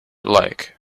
like